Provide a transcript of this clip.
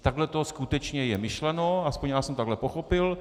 Takhle to skutečně je myšleno, aspoň já jsem to takhle pochopil.